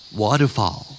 waterfall